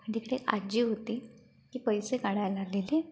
आणि तिकडे आजी होती ती पैसे काढायला आलेली